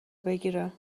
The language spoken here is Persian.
بگیره